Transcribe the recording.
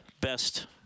best